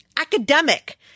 academic